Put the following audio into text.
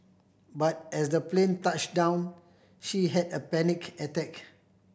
but as the plane touched down she had a panic attack